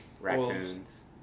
raccoons